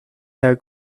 herr